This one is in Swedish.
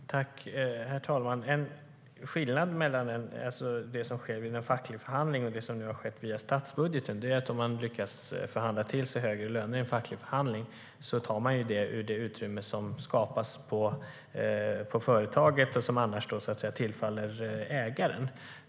STYLEREF Kantrubrik \* MERGEFORMAT Arbetsmarknad och arbetslivHerr talman! En skillnad mellan det som sker i en facklig förhandling och det som nu har skett via statsbudgeten är att om man lyckas förhandla till sig högre löner i en facklig förhandling tar man det ur det utrymme som skapas på företaget och som annars tillfaller ägaren.